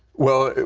well,